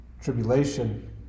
tribulation